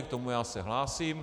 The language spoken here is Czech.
K tomu já se hlásím.